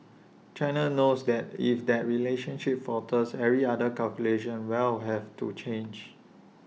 China knows that if that relationship falters every other calculation will have to change